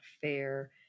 fair